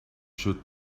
should